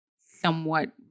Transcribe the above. somewhat